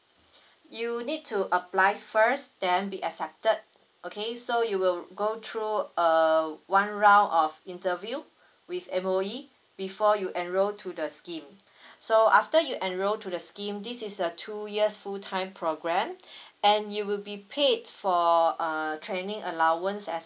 you need to apply first then be accepted okay so you will go through err one round of interview with M_O_E before you enrol to the scheme so after you enrol to the scheme this is a two years full time program and you will be paid for err training allowance as